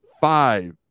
Five